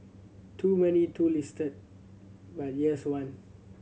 too many too list but here's one